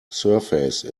surface